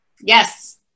Yes